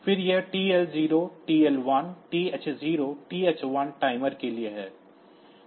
फिर यह TL0 TL1 TH0 TH1 timer के लिए हैं